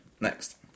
next